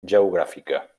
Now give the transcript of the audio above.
geogràfica